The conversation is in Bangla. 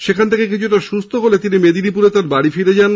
সেখান থেকে কিছুটা সুস্হ হলে তিনি মেদিনীপুরে তার বাড়ি ফিরে যান